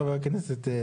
חבר הכנסת שחאדה.